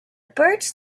birch